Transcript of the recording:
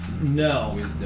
No